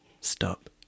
Stop